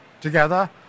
together